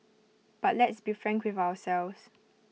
but let's be frank with ourselves